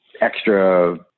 extra